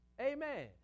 Amen